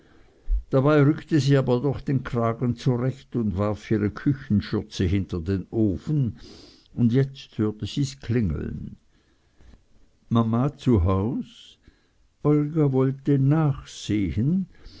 dabei rückte sie aber doch den kragen zurecht und warf ihre küchenschürze hinter den ofen und jetzt hörte sie's klingeln mama zu haus olga wollte nachsehen